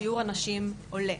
שיעור הנשים עולה,